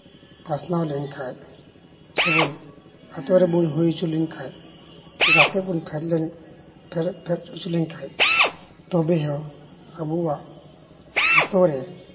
ᱯᱟᱥᱱᱟᱣ ᱞᱮᱱᱠᱷᱟᱡ ᱥᱮᱵᱚᱱ ᱦᱟᱛᱟᱣ ᱨᱮᱵᱚᱱ ᱦᱩᱭ ᱞᱮᱱᱠᱷᱟᱡ ᱜᱟᱛᱮᱜ ᱵᱚᱱ ᱯᱷᱮᱰ ᱯᱷᱮᱰ ᱦᱚᱪᱚ ᱞᱮᱱᱠᱷᱟᱡ ᱛᱚᱵᱮᱦᱚᱸ ᱟᱵᱚᱣᱟᱜ ᱟᱹᱛᱩ ᱨᱮ